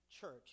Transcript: church